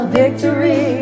victory